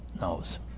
knows